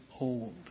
old